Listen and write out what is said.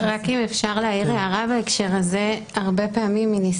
רק אם אפשר להעיר הערה בהקשר הזה מניסיוננו,